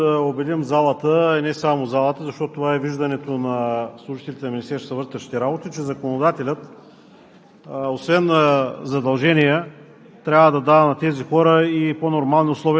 Уважаеми господин Председател, уважаеми колеги! За пореден път се опитваме да убедим залата, а и не само залата, защото това е виждането на служителите на Министерството на вътрешните работи, че законодателят